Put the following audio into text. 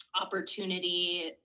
opportunity